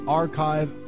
archive